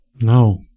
No